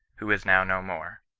who is now no more.